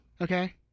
Okay